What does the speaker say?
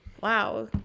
Wow